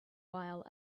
while